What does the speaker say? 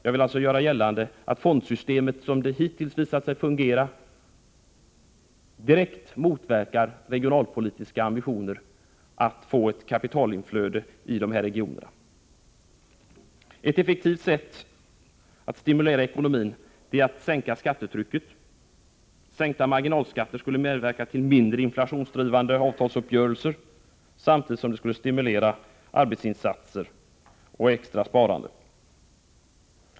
Jag vill alltså göra gällande att fondsystemet, som det hittills visat sig fungera, direkt motverkar regionalpolitiska ambitioner att få ett kapitalinflöde i de berörda regionerna. Ett effektivt sätt att stimulera ekonomin är att sänka skattetrycket. Sänkta marginalskatter skulle medverka till mindre inflationsdrivande avtalsuppgörelser, samtidigt som det skulle stimulera arbetsinsatser och extra sparande.